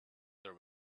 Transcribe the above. there